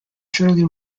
shirley